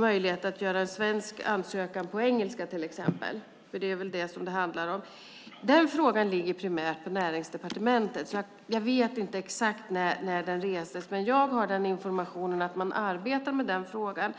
möjligheten att göra en svensk ansökan på engelska till exempel, för det är väl det som det handlar om. Den frågan ligger primärt på Näringsdepartementet. Jag vet inte exakt när den restes, men jag har informationen att man arbetar med den frågan.